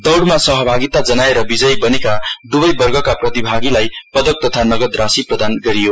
दौड़मा सहभागिता जनाएर विजयी बनेका दुवै वर्गका प्रतिभागिलाई पदक तथा नगद राशी प्रदान गरियो